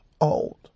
old